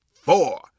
four